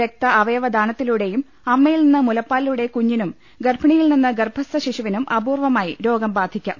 രക്ത അവയവ ദാന ത്തിലൂടെയും അമ്മയിൽനിന്ന് മുലപ്പാലിലൂടെ കുഞ്ഞിനും ഗർഭിണി യിൽനിന്ന് ഗർഭസ്ഥ ശിശുവിനും അപൂർവ്വമായി രോഗം ബാധിക്കാം